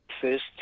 first